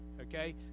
okay